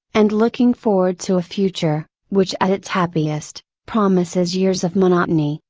and looking forward to a future, which at its happiest, promises years of monotony,